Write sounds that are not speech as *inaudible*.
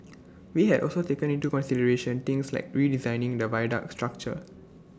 *noise* we had also taken into consideration things like redesigning the viaduct structure